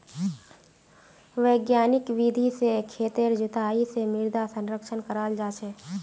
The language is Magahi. वैज्ञानिक विधि से खेतेर जुताई से मृदा संरक्षण कराल जा छे